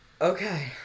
Okay